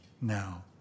now